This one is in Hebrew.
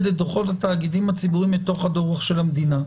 את דוחות התאגידים הציבוריים לתוך הדוח של המדינה.